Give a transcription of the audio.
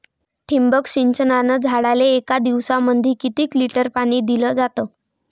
ठिबक सिंचनानं झाडाले एक दिवसामंदी किती लिटर पाणी दिलं जातं?